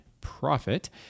profit